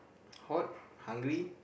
hot hungry